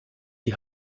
die